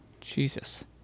Jesus